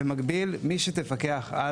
במקביל, מי שתפקח על